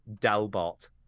Delbot